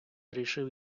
рішив